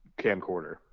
camcorder